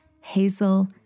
hazel